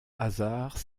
hasards